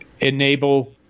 enable